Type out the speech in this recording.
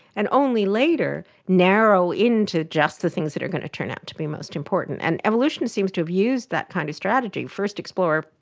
and only later narrow in to just the things that are going to turn out to be most important. and evolution seems to have used that kind of strategy first explore,